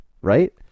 right